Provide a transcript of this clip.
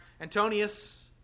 Antonius